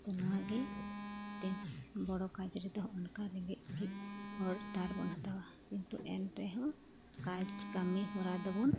ᱛᱚ ᱱᱚᱣᱟᱜᱮ ᱢᱤᱫᱴᱮᱱ ᱵᱚᱲᱚ ᱠᱟᱡᱽ ᱨᱮᱫᱚ ᱚᱱᱠᱟ ᱨᱮᱸᱜᱮᱡ ᱚᱨᱮᱡ ᱦᱚᱲ ᱫᱷᱟᱨ ᱵᱚᱱ ᱦᱟᱛᱟᱣᱟ ᱠᱤᱱᱛᱩ ᱮᱱ ᱨᱮᱦᱚᱸ ᱠᱟᱡᱽ ᱠᱟᱹᱢᱤ ᱦᱚᱨᱟᱫᱚᱵᱚᱱ